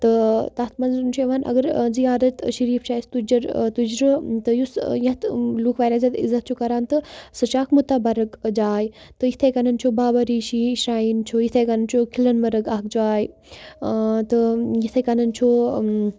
تہٕ تَتھ منٛز چھُ یِوان اگر زیارت شریٖف چھِ اَسہِ تُجَر تُجرٕ تہٕ یُس یَتھ لُکھ واریاہ زیادٕ عزت چھُ کَران تہٕ سُہ چھِ اَکھ مُتبرٕک جاے تہٕ یِتھَے کٕنۍ چھُ بابا ریٖشی شرایِن چھُ یِتھَے کٕنۍ چھُ کھِلَن مَرٕگ اَکھ جاے تہٕ یِتھَے کٕںۍ چھُ